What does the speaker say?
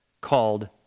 called